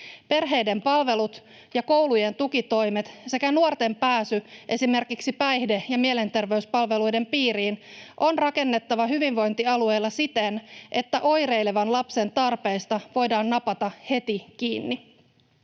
Perheiden palvelut ja koulujen tukitoimet sekä nuorten pääsy esimerkiksi päihde- ja mielenterveyspalveluiden piiriin on rakennettava hyvinvointialueilla siten, että oireilevan lapsen tarpeista voidaan napata heti kiinni.